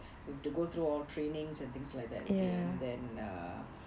you have to go through all trainings and things like that again then uh